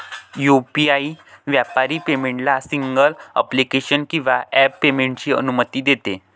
UPI व्यापारी पेमेंटला single application किंवा ॲप पेमेंटची अनुमती देते